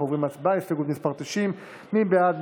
אנחנו עוברים להצבעה על הסתייגות מס' 89. מי בעד?